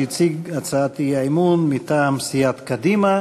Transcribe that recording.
שהציג את הצעת האי-אמון מטעם סיעת קדימה.